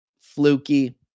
Fluky